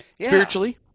spiritually